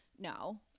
no